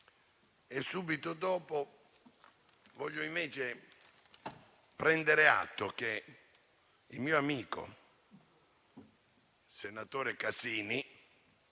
Subito dopo voglio invece prendere atto che il mio amico, senatore Casini,